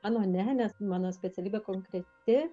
mano ne nes mano specialybė konkreti